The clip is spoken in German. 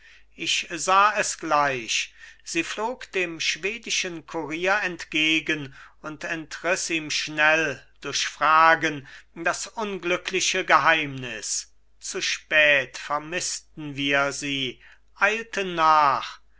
ich sah es gleich sie flog dem schwedischen kurier entgegen und entriß ihm schnell durch fragen das unglückliche geheimnis zu spät vermißten wir sie eilten nach